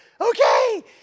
okay